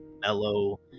mellow